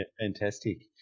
Fantastic